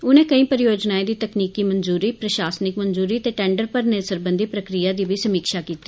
उनें केंई परियोजनाएं दी तकनीकी मंजूरी प्रशासनिक मंजूरी ते टेंडर भरने सरबंधी प्रक्रिया दा बी जायज़ा लैता